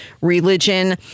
religion